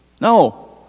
no